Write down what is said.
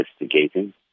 investigating